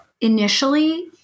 initially